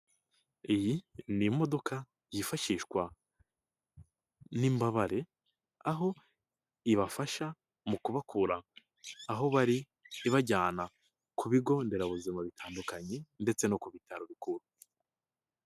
Iyi ni imodoka yifashishwa n'imbabare aho ibafasha mu kubakura aho bari ibajyana ku bigo nderabuzima bitandukanye ndetse no ku bitaro bikuru.